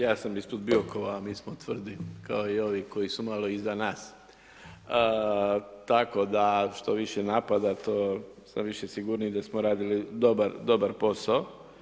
Ja sam ispod Biokova, a mi smo tvrdi kao i ovi koji su malo iza nas, tako da što više napada to sam više sigurniji da smo radili dobar posao.